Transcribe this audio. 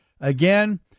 again